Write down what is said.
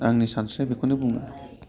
आंनि सानस्रिया बेखौनो बुङो